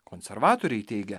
konservatoriai teigia